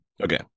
okay